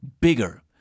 bigger